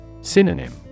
Synonym